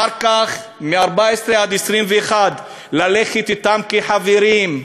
אחר כך, מ-14 עד 21, ללכת אתם כחברים,